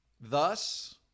Thus